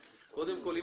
אז קודם כול,